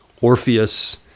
Orpheus